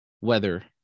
weather